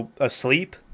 asleep